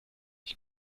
ich